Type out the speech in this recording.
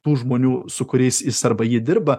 tų žmonių su kuriais jis arba ji dirba